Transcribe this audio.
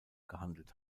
gehandelt